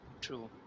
True